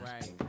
Right